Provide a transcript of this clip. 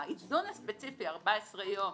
האיזון הספציפי 14 יום,